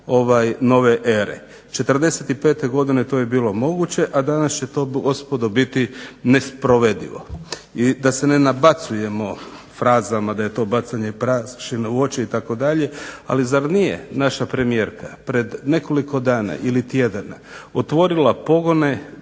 nove ere. '45.godine to je bilo moguće, a danas će to gospodo biti nesprovedivo. I da se ne nabacujemo frazama da je to bacanje prašine u oči itd., ali zar nije naša premijerka pred nekoliko dana ili tjedana otvorila pogone